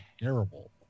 terrible